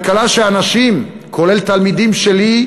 כלכלה שאנשים, כולל תלמידים שלי,